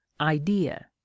idea